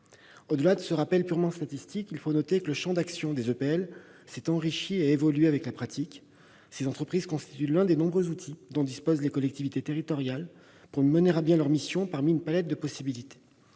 Au-delà de ce rappel purement statistique, il faut noter que le champ d'action des EPL s'est enrichi et a évolué avec la pratique. Ces entreprises constituent l'un des nombreux outils dont disposent les collectivités territoriales pour mener à bien leurs missions parmi une palette de possibilités.